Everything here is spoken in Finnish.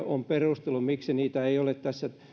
on perustellut miksi näitä kaikkia ei ole tässä